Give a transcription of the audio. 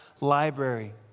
library